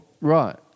Right